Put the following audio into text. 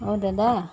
অঁ দাদা